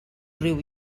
riu